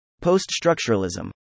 Post-structuralism